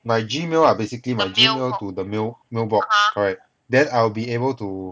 my gmail are basically my gmail to the mail mailbox correct then I'll be able to